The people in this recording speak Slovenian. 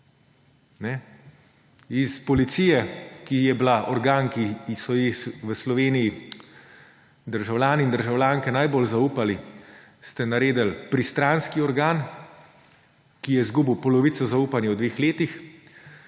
Iz policije, ki je bila organ, ki so ji v Sloveniji državljani in državljanke najbolj zaupali, ste naredili pristranski organ, ki je izgubil polovico zaupanja v dve letih.